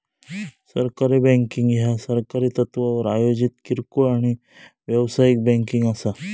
सहकारी बँकिंग ह्या सहकारी तत्त्वावर आयोजित किरकोळ आणि व्यावसायिक बँकिंग असा